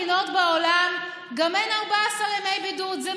ברוב המדינות בעולם גם אין 14 ימי בידוד.